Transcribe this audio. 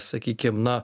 sakykim na